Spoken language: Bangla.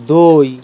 দই